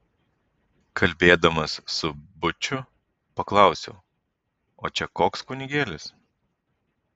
kalbėdamas su būčiu paklausiau o čia koks kunigėlis